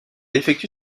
effectue